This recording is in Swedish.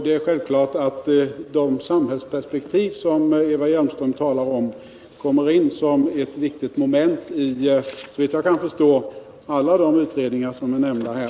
Det är självklart att det samhällsperspektiv som Eva Hjelmström talar om kommer in som ett viktigt moment i, såvitt jag kan förstå, alla de utredningar som är nämnda här.